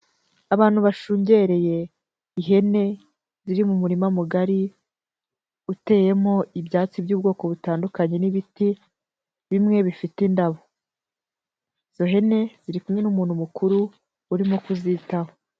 Abantu bashungereye ihene ziri mu murima mugari uteyemo ibyatsi by'ubwoko butandukanye n'ibiti bimwe bifite indabo, izo hene ziri kumwe n'umuntu mukuru urimo kuzitaho.